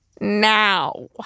now